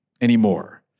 anymore